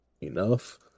enough